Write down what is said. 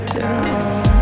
down